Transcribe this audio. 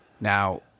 Now